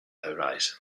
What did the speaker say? horizon